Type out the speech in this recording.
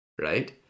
right